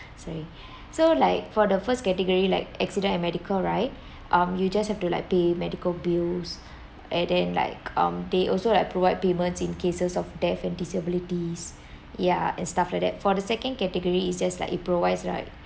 sorry so like for the first category like accident and medical right um you just have to like pay medical bills and then like um they also like provide payments in cases of death and disabilities ya and stuff like that for the second category is just like it provides like